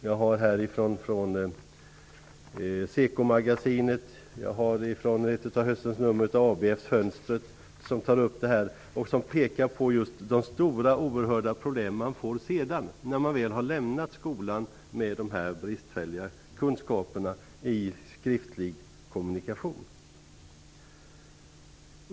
Jag har här SEKO-magasinet och ett av höstens nummer av ABF:s Fönstret som tar upp detta. De pekar just på de oerhörda problem man får när man väl har lämnat skolan med dessa bristfälliga kunskaper i skriftlig kommunikation.